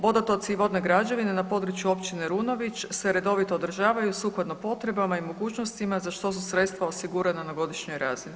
Vodotoci i vodne građevine na području općine Runović se redovito održavaju sukladno potrebama i mogućnostima za što su sredstva osigurana na godišnjoj razini.